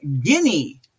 Guinea